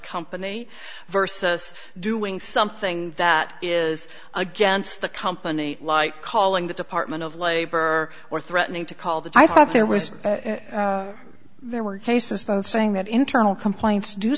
company versus doing something that is against the company like calling the department of labor or threatening to call the i thought there was there were cases though saying that internal complaints do